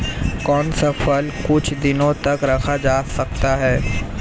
कौन सा फल कुछ दिनों तक रखा जा सकता है?